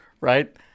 right